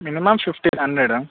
minimum fifteen hundred